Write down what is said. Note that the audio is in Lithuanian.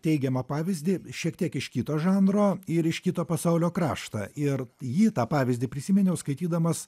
teigiamą pavyzdį šiek tiek iš kito žanro ir iš kito pasaulio kraštą ir jį tą pavyzdį prisiminiau skaitydamas